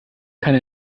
keine